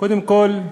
קודם כול,